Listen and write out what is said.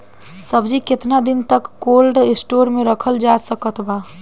सब्जी केतना दिन तक कोल्ड स्टोर मे रखल जा सकत बा?